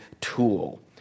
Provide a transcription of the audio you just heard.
tool